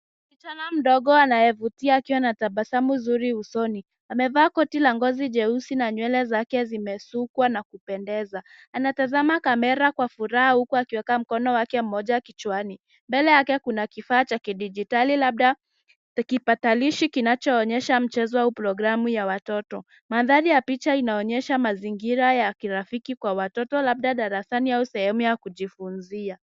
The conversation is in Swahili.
Msichana mdogo anayevutia akiwa na tabasamu zuri usoni. Amevaa koti la ngozi jeusi na nywele zake zimesukwa na kupendeza. Anatazama kamera kwa furaha huku akiweka mkono wake mmoja kichwani. Mbele yake kuna kifaa cha kidijitali labda ni kibatalishi kinachoonyesha mchezo au programu ya watoto. Mandhari ya picha inaonyesha mazingira ya kirafiki kwa watoto, labda darasani au sehemu ya kujifunzia.